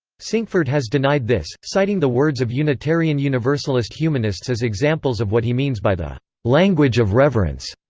sinkford has denied this, citing the words of unitarian universalist humanists as examples of what he means by the language of reverence.